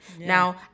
Now